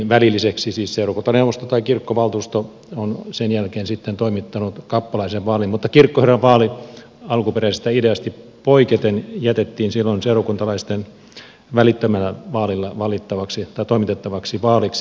siis seurakuntaneuvosto tai kirkkovaltuusto on sen jälkeen toimittanut kappalaisen vaalin mutta kirkkoherranvaali alkuperäisestä ideasta poiketen jätettiin silloin seurakuntalaisten välittömällä vaalilla toimitettavaksi vaaliksi